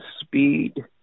speed